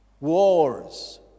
wars